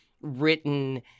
written